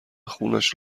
خونش